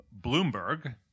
Bloomberg